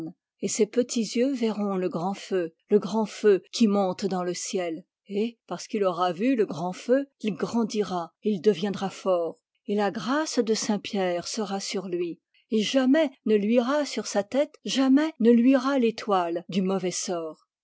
et ses petits yeux verront le grand feu le grand feu qui monte dans le ciel et parce qu'il aura vu le grand feu il grandira et il deviendra fort et la grâce de saint pierre sera sur lui et jamais ne luira sur sa tête jamais ne luira l'étoile du mauvais sort